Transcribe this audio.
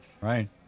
Right